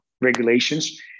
regulations